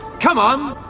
come on!